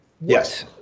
Yes